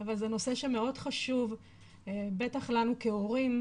אבל זה נושא שמאוד חשוב בטח לנו כהורים,